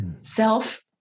self